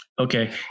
Okay